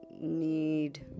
need